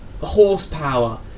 horsepower